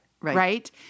right